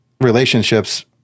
relationships